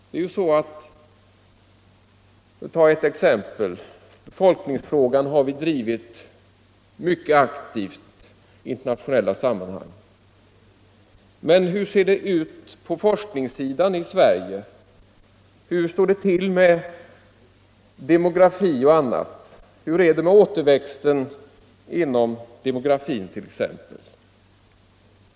Låt mig ta ett exempel. Befolkningsfrågan har vi drivit mycket aktivt i internationella sammanhang. Men hur ser det ut på forskningssidan i Sverige? Hur står det till med demografi och annat? Hur är det t.ex. med återväxten inom demografin?